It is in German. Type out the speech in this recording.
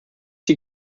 die